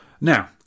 Now